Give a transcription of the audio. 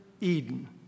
Eden